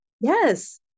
yes